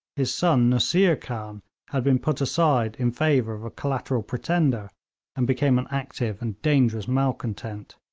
his son nusseer khan had been put aside in favour of a collateral pretender and became an active and dangerous malcontent.